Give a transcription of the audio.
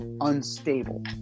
unstable